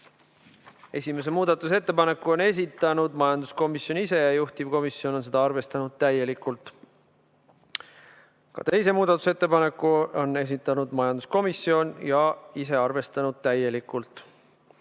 Esimese muudatusettepaneku on esitanud majanduskomisjon, juhtivkomisjon on seda arvestanud täielikult. Ka teise muudatusettepaneku on esitanud majanduskomisjon ja ise seda arvestanud täielikult.